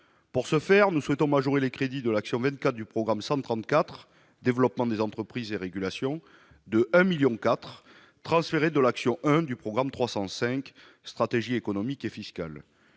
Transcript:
Pour ce faire, nous souhaitons majorer les crédits de l'action n° 24 du programme 134, « Développement des entreprises et régulations », de 1,4 million d'euros, somme qui serait transférée de l'action n° 01 du programme 305, « Stratégie économique et fiscale